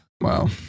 wow